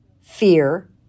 fear